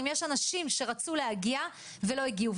אם יש אנשים שרצו להגיע ולא הגיעו,